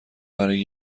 برای